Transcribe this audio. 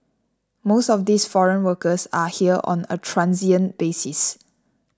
most of these foreign workers are here on a transient basis